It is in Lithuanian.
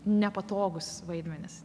nepatogūs vaidmenys